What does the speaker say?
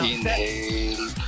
Inhale